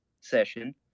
session